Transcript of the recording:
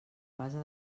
base